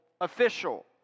official